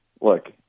Look